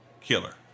Killer